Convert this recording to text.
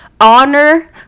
honor